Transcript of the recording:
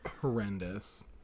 horrendous